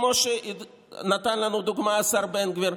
כמו שנתן לנו דוגמה השר בן גביר,